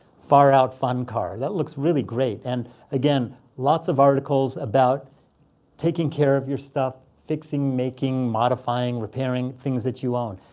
far out, fun car. that looks really great, and again, lots of articles about taking care of your stuff, fixing, making, modifying, repairing things that you own.